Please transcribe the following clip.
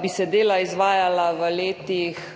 bi se dela izvajala v letih